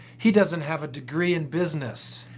he doesn't have a degree in business.